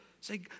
say